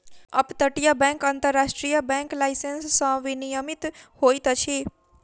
up तटीय bank अन्तर्राष्ट्रीय bank licence सॅ विनियमित होइत अछि